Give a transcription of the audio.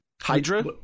Hydra